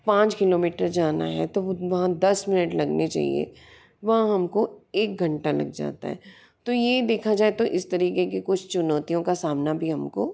पाँच किलोमीटर जाना है तो वो वहाँ दस मिनट लगने चहिए वहाँ हमको एक घंटा लग जाता है तो ये देखा जाए तो इस तरीके की कुछ चुनौतियों का सामना भी हमको